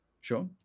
Sure